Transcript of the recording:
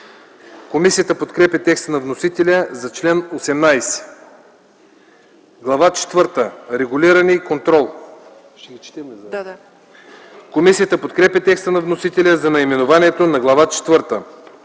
Комисията подкрепя текста на вносителя за чл. 18. „Глава четвърта – Регулиране и контрол.” Комисията подкрепя текста на вносителя за наименованието на Глава